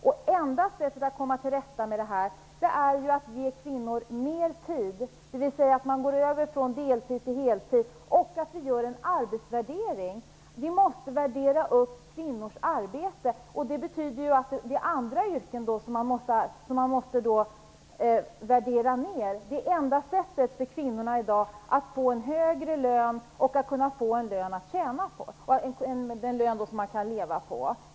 Det enda sättet att komma till rätta med detta är att ge kvinnor mer tid, dvs. att de går över från deltid till heltid, och att man gör en arbetsvärdering. Man måste värdera upp kvinnors arbete, vilket då betyder att andra yrken måste värderas ned. Det är det enda sättet för kvinnorna i dag att få en högre lön - en lön som de kan leva på.